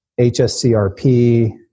HSCRP